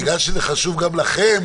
ובגלל שזה חשוב גם לכם,